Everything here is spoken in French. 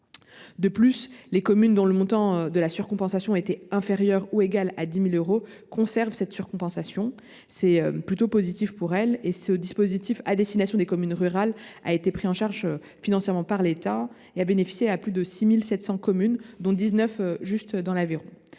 De plus, les communes dont le montant de la surcompensation est inférieur ou égal à 10 000 euros conservent cette surcompensation. C’est plutôt positif pour elles. Ce dispositif, à destination des communes rurales, a été pris en charge financièrement par l’État et a bénéficié à plus de 6 700 communes, dont 19 dans l’Aveyron.